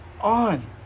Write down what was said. on